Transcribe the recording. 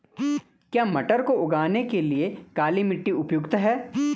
क्या मटर को उगाने के लिए काली मिट्टी उपयुक्त है?